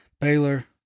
Baylor